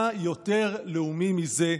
מה יותר לאומי מזה?